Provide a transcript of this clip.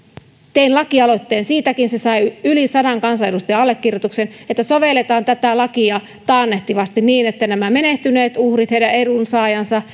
tein lakialoitteen siitäkin se sai yli sadan kansanedustajan allekirjoituksen että sovelletaan tätä lakia taannehtivasti niin että nämä menehtyneet uhrit heidän edunsaajansa